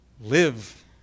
live